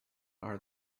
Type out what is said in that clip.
are